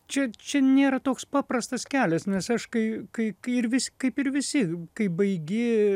čia čia nėra toks paprastas kelias nes aš kai kai kai ir kaip ir visi kai baigi